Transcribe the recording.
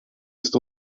ist